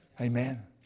Amen